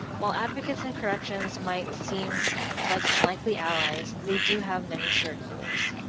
while advocates and corrects might seem like unlikely allies, they do have many shared goals,